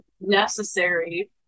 necessary